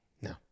No